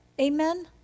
Amen